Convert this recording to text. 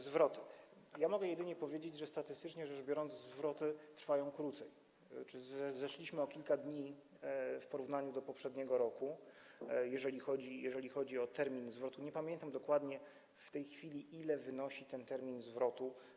Zwroty - mogę jedynie powiedzieć, że statystycznie rzecz biorąc, zwroty trwają krócej, zeszliśmy o kilka dni w porównaniu do poprzedniego roku, jeżeli chodzi o termin zwrotu, nie pamiętam dokładnie w tej chwili, ile wynosi termin zwrotu.